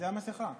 זאת המסכה שלי.